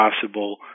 possible